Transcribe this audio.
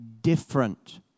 different